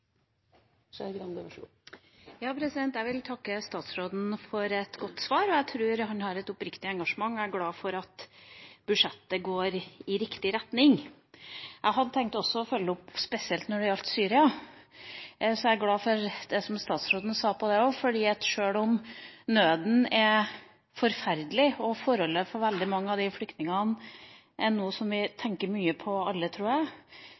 glad for at budsjettet går i riktig retning. Jeg hadde også tenkt å følge opp spesielt når det gjaldt Syria. Så jeg er glad for det som utenriksministeren sa om dette også. Sjøl om nøden er forferdelig og forholdene for veldig mange av disse flyktningene er noe som vi alle tenker mye på, tror jeg,